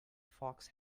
fox